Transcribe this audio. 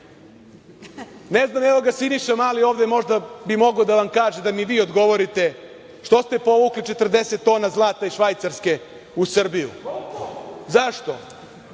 iz Srbije. Evo ga Siniša Mali ovde, možda bi mogao da vam kaže, da mi vi odgovorite što ste povukli 40 tona zlata iz Švajcarske u Srbiju? Zašto?